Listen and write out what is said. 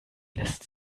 lässt